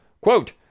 Quote